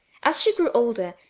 as she grew older,